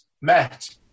met